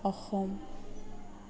Assam